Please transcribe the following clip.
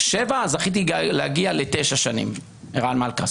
7 וזכיתי להגיע ל-9 שנים עם ערן מלכה.